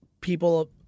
people